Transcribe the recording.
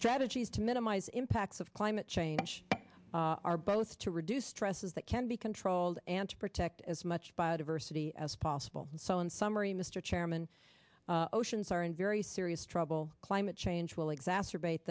strategies to minimize impacts of climate change are both to reduce stresses that can be controlled and to protect as much biodiversity as possible so in summary mr chairman oceans are in very serious trouble climate change will exacerbate